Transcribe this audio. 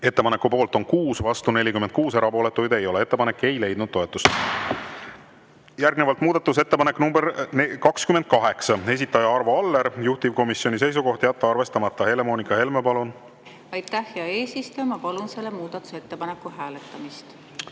Ettepaneku poolt on 6, vastu 41, erapooletuid ei ole. Ettepanek ei leidnud toetust. Järgnevalt muudatusettepanek nr 48, esitaja Leo Kunnas, juhtivkomisjoni seisukoht on jätta arvestamata. Helle-Moonika Helme, palun! Aitäh, hea eesistuja! Ma palun seda muudatusettepanekut hääletada.